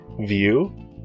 view